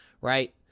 Right